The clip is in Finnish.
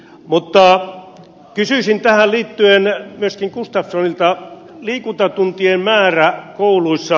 mutta kysyisin tähän liittyen myöskin gustafssonilta liikuntatuntien määrästä kouluissa